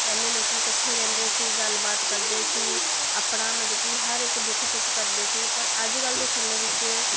ਪਹਿਲੇ ਲੋਕ ਇਕੱਠੇ ਰਹਿੰਦੇ ਸੀ ਗੱਲਬਾਤ ਕਰਦੇ ਸੀ ਆਪਣਾ ਮਤਲਬ ਕਿ ਹਰ ਇੱਕ ਦੁੱਖ ਸੁੱਖ ਕਰਦੇ ਸੀ ਪਰ ਅੱਜ ਕੱਲ ਦੇ ਸਮੇਂ ਵਿੱਚ